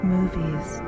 Movies